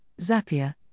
Zapier